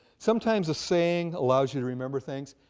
sometimes a saying allows you to remember things.